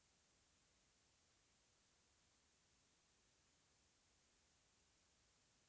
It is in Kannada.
ಹಾನಿಕಾರಕ ಜೀವಿಗಳನ್ನು ಎದುರಿಸಿ ಬೆಳೆಯುವ ಬೆಂಡೆ ಬೀಜ ತಳಿ ಯಾವ್ದು?